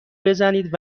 بزنید